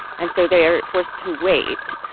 and so they are forced to wait.